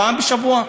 פעם בשבוע?